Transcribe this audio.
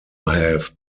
have